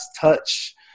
touch